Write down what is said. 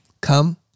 come